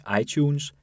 iTunes